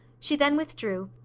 she then withdrew,